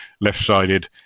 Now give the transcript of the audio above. left-sided